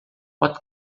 pot